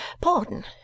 pardon